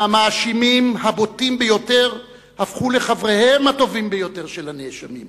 והמאשימים הבוטים ביותר הפכו לחבריהם הטובים ביותר של הנאשמים.